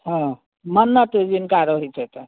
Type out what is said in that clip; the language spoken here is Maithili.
हँ मन्नत जिनका रहै छै तऽ